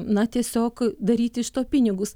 na tiesiog daryti iš to pinigus